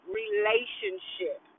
relationship